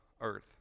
earth